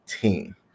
team